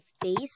face